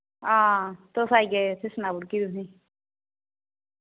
हां तुस आई जाएओ फ्ही सनाउड़गी तुसें